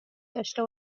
داشته